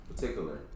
particular